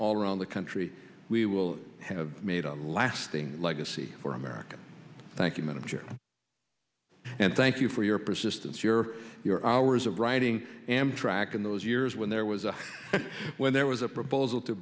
all around the country we will have made a lasting legacy for america thank you manager and thank you for your persistence your your hours of writing amtrak in those years when there was one when there was a proposal to